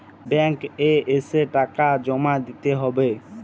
Bank এ এসে টাকা জমা দিতে হবে?